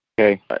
Okay